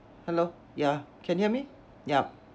hello yeah can hear me ya